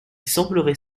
semblerait